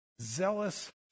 zealous